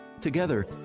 Together